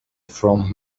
from